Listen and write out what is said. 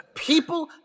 People